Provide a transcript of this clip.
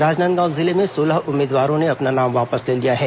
राजनांदगांव जिले में सोलह उम्मीदवारों ने अपना नाम वापस ले लिया है